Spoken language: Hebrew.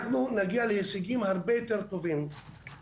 אנחנו נגיע להישגים הרבה יותר טובים,